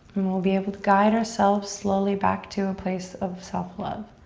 and we'll be able to guide ourselves slowly back to a place of self love.